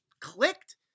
clicked